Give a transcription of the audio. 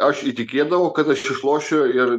aš įtikėdavau kad aš išlošiu ir